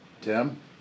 Tim